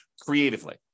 creatively